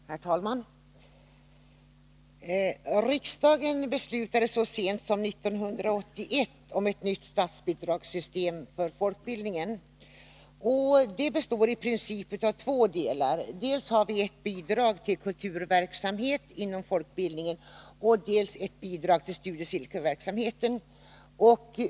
Herr talman! Riksdagen beslutade "så sent som 1981 om ett nytt statsbidragssystem för folkbildningen. Det består i princip av två delar, dels ett bidrag till kulturverksamhet inom folkbildningen, dels ett bidrag till studiecirkelverksamheten.